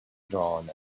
drawn